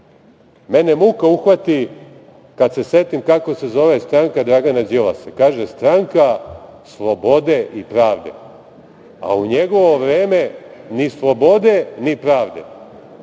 muka uhvati kad se setim kako se zove stranka Dragana Đilasa, kaže, Stranka slobode i pravde. U njegove vreme ni slobode, ni pravde,